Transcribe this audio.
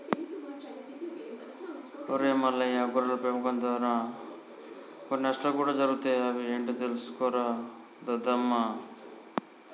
ఒరై మల్లయ్య గొర్రెల పెంపకం దారా కొన్ని నష్టాలు కూడా జరుగుతాయి అవి ఏంటో తెలుసుకోరా దద్దమ్మ